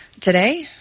Today